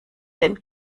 den